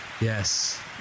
Yes